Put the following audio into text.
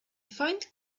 find